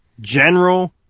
General